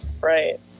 Right